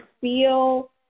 feel